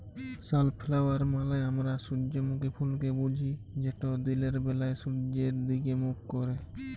sunflower মালে আমরা সূজ্জমুখী ফুলকে বুঝি যেট দিলের ব্যালায় সূয্যের দিগে মুখ ক্যারে